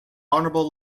honorable